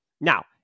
Now